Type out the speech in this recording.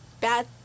bad